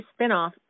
spinoff